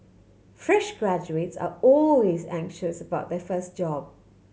fresh graduates are always anxious about their first job